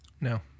No